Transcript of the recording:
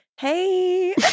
hey